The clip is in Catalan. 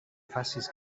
facis